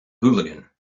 hooligan